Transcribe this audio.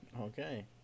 Okay